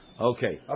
Okay